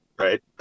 Right